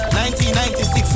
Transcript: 1996